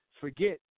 forget